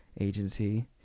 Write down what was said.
agency